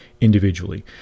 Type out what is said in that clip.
individually